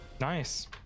Nice